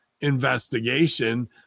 investigation